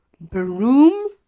broom